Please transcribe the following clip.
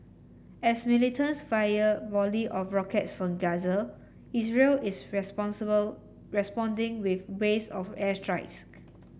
as militants fire volley of rockets from Gaza Israel is responsible responding with waves of airstrikes